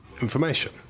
information